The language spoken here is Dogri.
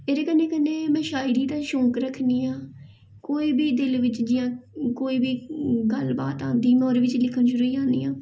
एह्दे कन्नै कन्नै शायद इ'दा शौंक रक्खनियां कोई बी दिल बिच्च जां जियां कोई बी गल्ल बात आंदी